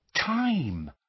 Time